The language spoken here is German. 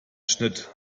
schnitt